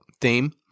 theme